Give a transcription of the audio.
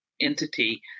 entity